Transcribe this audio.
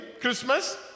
Christmas